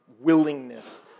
willingness